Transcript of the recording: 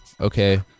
okay